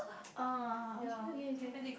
uh okay okay okay